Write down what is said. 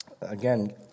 Again